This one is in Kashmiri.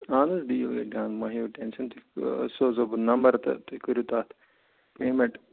اَہَن حظ ڈیٖل گٔے ڈَن مہِٕ ہیٚیِو ٹٮ۪نشَن تۅہہِ سوزہو بہٕ نمبر تہٕ تُہۍ کٔرِو تتھ پیٚمٮ۪نٛٹ